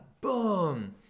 boom